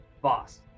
boss